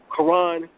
Quran